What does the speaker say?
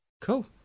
Cool